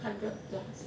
hundred plus